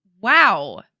Wow